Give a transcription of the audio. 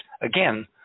again